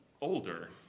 older